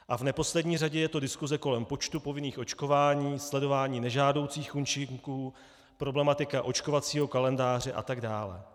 A v neposlední řadě je to diskuse kolem počtu povinných očkování, sledování nežádoucích účinků, problematika očkovacího kalendáře atd.